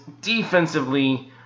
defensively